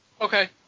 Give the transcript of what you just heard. Okay